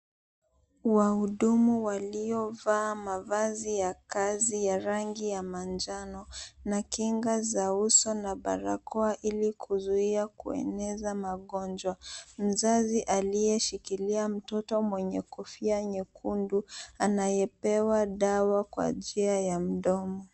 Wahudumu waliovaa mavazi ya kazi ya rangi ya manjano, na kinga za uso na barakoa ili kuzuia kueneza magonjwa. Mzazi aliyeshikilia mtoto mwenye kofia nyekundu, anayepewa dawa kwa njia ya mdomo.